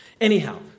Anyhow